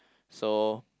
so